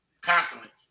constantly